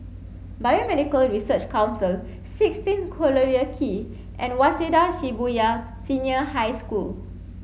Biomedical Research Council sixteen Collyer Quay and Waseda Shibuya Senior High School